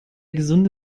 gesunde